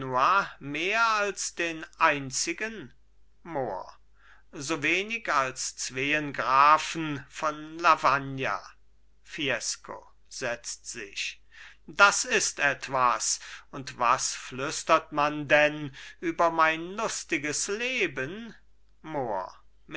mehr als den einzigen mohr so wenig als zween grafen von lavagna fiesco setzt sich das ist etwas und was flüstert man denn über mein lustiges leben mohr